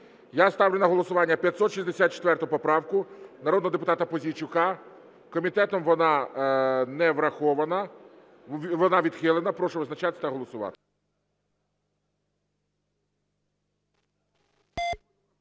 Я ставлю на голосування 564 поправку народного депутата Пузійчука. Комітетом вона не врахована, вона відхилена. Прошу визначатися та голосувати.